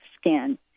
skin